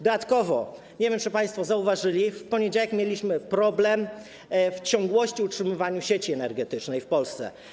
Dodatkowo, nie wiem, czy państwo to zauważyli, w poniedziałek mieliśmy problem z ciągłością utrzymania sieci energetycznej w Polsce.